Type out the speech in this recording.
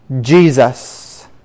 Jesus